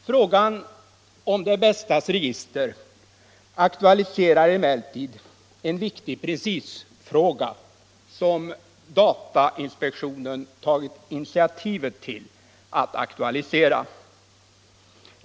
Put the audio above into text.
Frågan om Det Bästas register är emellertid en viktig principfråga som datainspektionen tagit initiativet till att aktualisera.